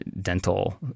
dental